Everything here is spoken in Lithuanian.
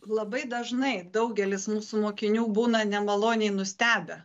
labai dažnai daugelis mūsų mokinių būna nemaloniai nustebę